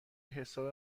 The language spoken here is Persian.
حساب